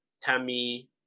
Tammy